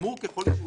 חמור ככל שיהיה,